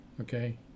okay